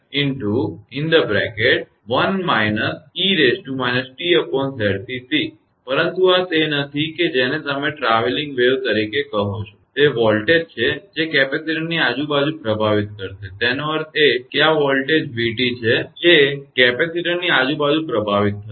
તેથી પરંતુ આ તે નથી કે જેને તમે ટ્રાવેલીંગ તરંગ તરીકે કહો છો તે વોલ્ટેજ છે જે કેપેસિટરની આજુબાજુ પ્રભાવિત કરશે તેનો અર્થ એ કે આ 𝑣𝑡 એ વોલ્ટેજ છે જે કેપેસિટરની આજુબાજુ પ્રભાવિત થશે